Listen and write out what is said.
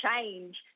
change